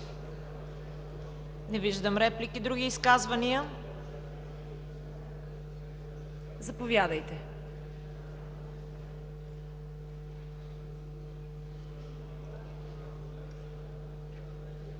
Не виждам реплики. Други изказвания? Заповядайте.